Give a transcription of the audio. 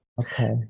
okay